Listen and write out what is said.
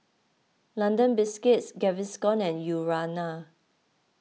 London Biscuits Gaviscon and Urana